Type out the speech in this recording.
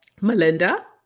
Melinda